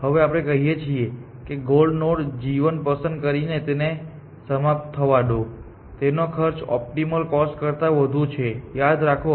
હવે આપણે કહી શકીએ કે ગોલ નોડ g 1 પસંદ કરીને તેને સમાપ્ત થવા દો તેનો ખર્ચ ઓપ્ટિમલ કોસ્ટ કરતા વધુ છે યાદ રાખો